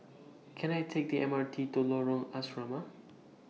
Can I Take The M R T to Lorong Asrama